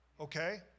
okay